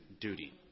duty